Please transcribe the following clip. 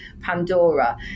pandora